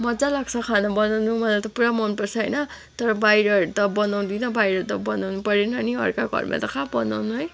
मजा लाग्छ खाना बनाउनु मलाई त पुरा मनपर्छ होइन तर बाहिरहरू त बनाउँदिनँ बाहिर त बनाउनु परेन नि अर्काको घरमा त कहाँ बनाउनु है